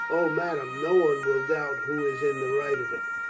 o, madame, no one will doubt who is in the right of it.